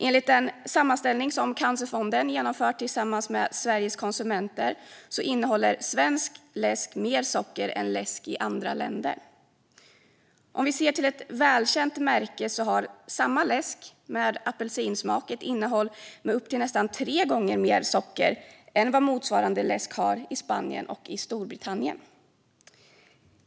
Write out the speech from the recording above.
Enligt en sammanställning som Cancerfonden genomfört tillsammans med Sveriges Konsumenter innehåller svensk läsk mer socker än läsk i andra länder. Läsk med apelsinsmak av ett visst välkänt märke innehåller upp till nästan tre gånger mer socker i Sverige än i Spanien och Storbritannien.